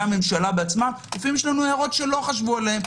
הממשלה עצמם לפעמים יש לנו הערות שלא חשבו עליהן,